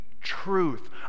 truth